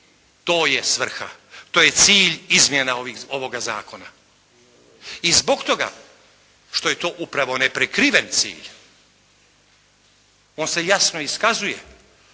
To je svrha. To je cilj izmjena ovoga zakona i zbog toga što je to upravo neprikriven cilj. On se jasno iskazuje.